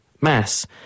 mass